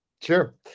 Sure